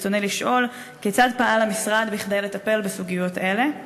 ברצוני לשאול: כיצד פעל המשרד כדי לטפל בסוגיות אלה?